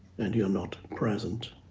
and you're not present.